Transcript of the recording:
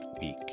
week